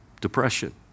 Depression